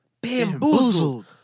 bamboozled